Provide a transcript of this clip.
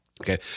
Okay